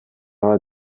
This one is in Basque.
bat